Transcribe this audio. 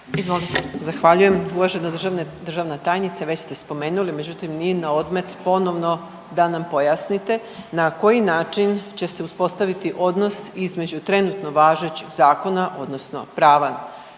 (SDSS)** Zahvaljujem. Uvažena državna tajnice već ste spomenuli međutim nije na odmet ponovno da nam pojasnite na koji način će se uspostaviti odnos između trenutno važećeg zakona odnosno prava